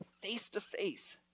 face-to-face